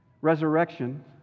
Resurrection